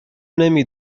نمی